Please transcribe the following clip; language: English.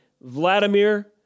Vladimir